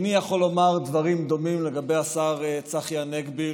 איני יכול לומר דברים דומים לגבי השר צחי הנגבי,